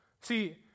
See